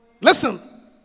Listen